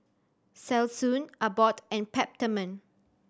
Selsun Abbott and Peptamen